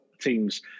teams